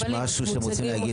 שמש?